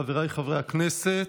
חבריי חברי הכנסת,